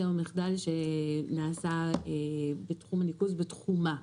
או מחדל שנעשה בתחום הניקוז בתחומה.